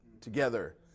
Together